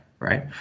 right